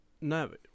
no